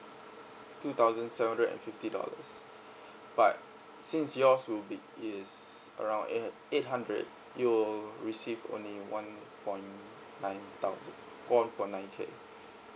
two thousand seven hundred and fifty dollars but since yours will be is around eight eight hundred you will receive only one point nine thousand one point nine K